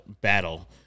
battle